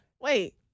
Wait